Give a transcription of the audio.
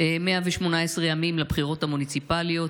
118 ימים לבחירות המוניציפליות,